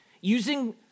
Using